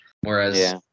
Whereas